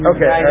Okay